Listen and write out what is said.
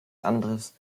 anderes